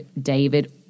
David